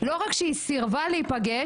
אבל לא רק שהיא סירבה להיפגש,